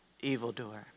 evildoer